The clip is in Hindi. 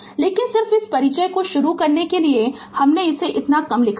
लेकिन सिर्फ इस परिचय को शुरू करने के लिए हमने इसे इतना कम लिखा